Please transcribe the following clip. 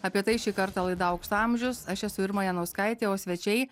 apie tai šį kartą laida aukso amžius aš esu irma janauskaitė o svečiai